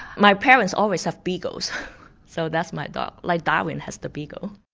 my parents always have beagles so that's my dog, like darwin has the beagle.